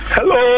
Hello